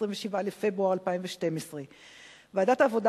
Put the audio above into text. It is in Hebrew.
27 בפברואר 2012. ועדת העבודה,